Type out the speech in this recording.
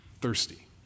thirsty